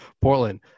Portland